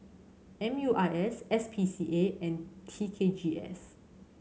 M U I S S P C A and T K G S